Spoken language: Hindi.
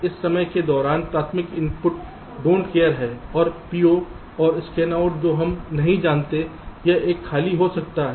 इस समय के दौरान प्राथमिक input don't care don't care हैं और PO और Scanout जो हम नहीं जानते हैं या यह खाली हो सकता है